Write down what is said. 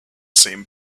same